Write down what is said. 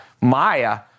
Maya